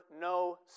no